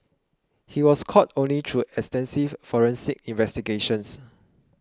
he was caught only through extensive forensic investigations